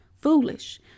foolish